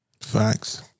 Facts